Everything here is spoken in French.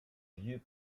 vieux